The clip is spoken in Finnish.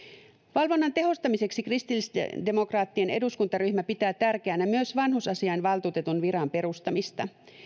valvonnan tehostamiseksi kristillisdemokraattien eduskuntaryhmä pitää tärkeänä myös vanhusasiainvaltuutetun viran perustamista